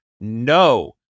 No